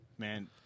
Man